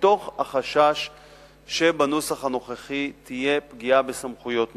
מתוך החשש שבנוסח הנוכחי תהיה פגיעה בסמכויות מוקנות.